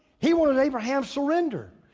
he wanted abraham surrender.